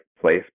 place